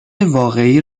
واقعی